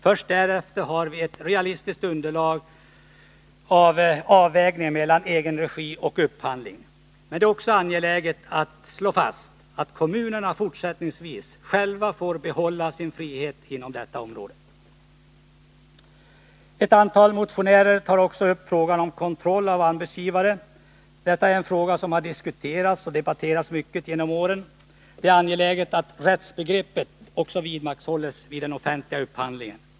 Först därefter har vi ett realistiskt underlag när det gäller avvägningen mellan egenregiverksamhet och upphandling. Men det är också angeläget att slå fast att kommunerna fortsättningsvis får behålla sin frihet inom detta område. Ett antal motioner tar också upp frågan om kontroll av anbudsgivare. Detta är en fråga som har diskuterats och debatterats mycket genom åren. Det är angeläget att rättsintressen också vidmakthålls vid den offentliga upphandlingen.